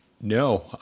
No